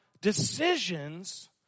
decisions